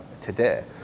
today